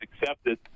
accepted